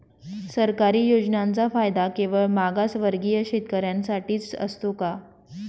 सरकारी योजनांचा फायदा केवळ मागासवर्गीय शेतकऱ्यांसाठीच असतो का?